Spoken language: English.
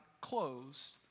closed